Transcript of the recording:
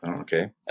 Okay